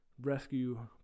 rescue